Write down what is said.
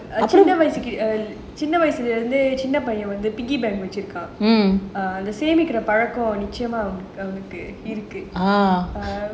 சின்ன வயசுல இருந்து சின்ன பையன் வந்து:chinna vayasula irunthu chinna paiyan vanthu piggy bank வச்சு இருக்கான் அந்த சேமிக்கிற பழக்கம் நிச்சயமா அவனுக்கு இருக்கு:vachu irukkaen saemikira palakam avanuku irukku